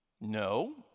No